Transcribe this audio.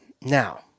Now